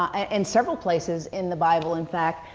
and several places in the bible, in fact,